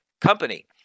company